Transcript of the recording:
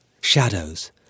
Shadows